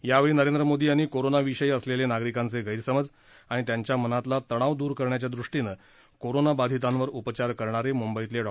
यावेळी नरेंद्र मोदी यांनी कोरोनाविषयी असलेले नागरिकांचे गैरसमज आणि त्यांच्या मनातला तणाव दूर करण्याच्यादृष्टीनं कोरोनाबाधितांवर उपचार करणारे मुंबईतले डॉ